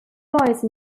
rise